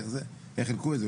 איך חילקו את זה,